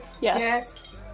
Yes